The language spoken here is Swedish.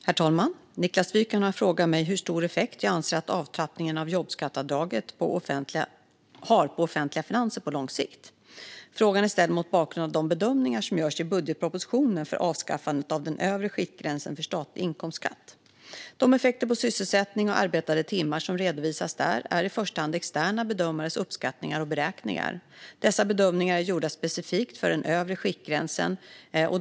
Herr talman! har frågat mig hur stor effekt jag anser att avtrappningen av jobbskatteavdraget har på offentliga finanser på lång sikt. Frågan är ställd mot bakgrund av de bedömningar som görs i budgetpropositionen för avskaffandet av den övre skiktgränsen för statlig inkomstskatt. De effekter på sysselsättning och arbetade timmar som redovisas där är i första hand externa bedömares uppskattningar och beräkningar. Dessa bedömningar är gjorda specifikt för den övre skiktgränsen.